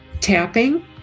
tapping